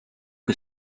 que